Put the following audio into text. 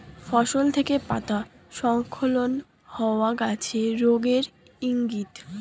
ফসল থেকে পাতা স্খলন হওয়া গাছের রোগের ইংগিত